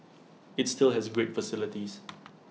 IT still has great facilities